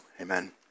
amen